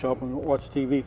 shopping watch t